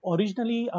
Originally